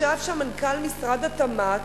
ישב שם מנכ"ל משרד התמ"ת,